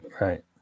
Right